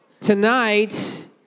Tonight